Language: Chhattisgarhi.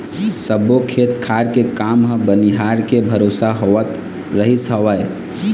सब्बो खेत खार के काम ह बनिहार के भरोसा होवत रहिस हवय